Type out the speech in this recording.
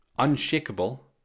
unshakable